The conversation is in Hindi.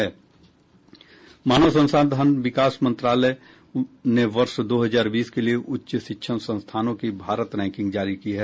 मानव संसाधन विकास मंत्रालय ने वर्ष दो हजार बीस के लिए उच्च शिक्षण संस्थानों की भारत रैंकिंग जारी की है